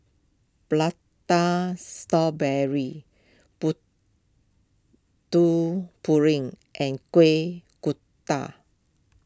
Prata Strawberry Putu Piring and Kueh Kodok